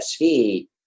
SV